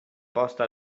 posta